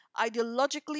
ideologically